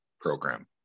program